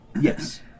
Yes